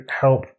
help